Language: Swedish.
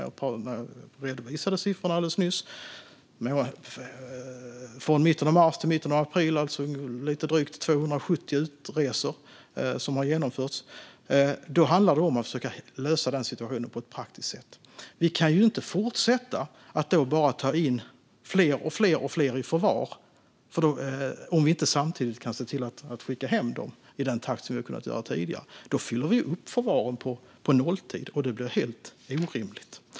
Jag redovisade siffrorna alldeles nyss: Från mitten av mars till mitten av april har lite drygt 270 utresor genomförts. Det handlar nu om att försöka lösa situationen på ett praktiskt sätt. Vi kan inte fortsätta att bara ta in fler och fler i förvar om vi inte samtidigt kan skicka hem dem i den takt som vi har kunnat tidigare. Då fyller vi upp förvaren på nolltid. Det blir helt orimligt.